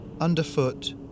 Underfoot